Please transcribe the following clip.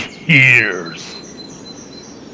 years